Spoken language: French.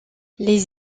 les